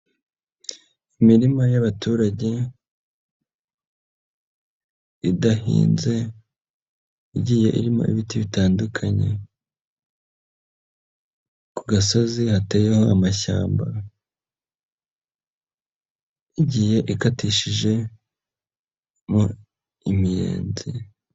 Imirima y'abaturage idahinze igiye irimo ibiti bitandukanye, ku gasozi hateyeho amashyamba, igiye ikatishijemo imiyenzi.